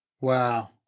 Wow